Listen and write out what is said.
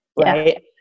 right